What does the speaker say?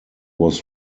was